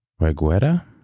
Reguera